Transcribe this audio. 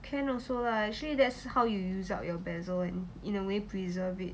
can also lah actually that's how you use up your basil and in a way preserve it